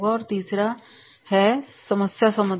और तीसरा है समस्या समाधान